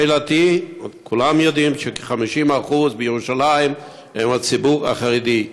שאלתי: כולם יודעים שכ-50% מירושלים הם הציבור החרדי.